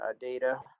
data